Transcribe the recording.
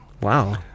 Wow